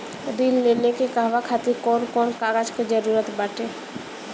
ऋण लेने के कहवा खातिर कौन कोन कागज के जररूत बाटे?